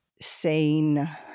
sane